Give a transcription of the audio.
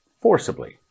forcibly